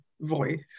voice